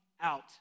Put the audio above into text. out